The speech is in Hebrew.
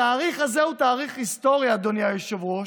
התאריך הזה הוא תאריך היסטורי, אדוני היושב-ראש,